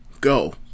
Go